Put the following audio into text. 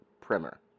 Primer